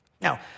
Now